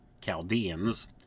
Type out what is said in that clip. Chaldeans